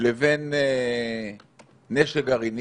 ולבין נשק גרעיני.